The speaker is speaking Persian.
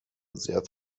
زیاد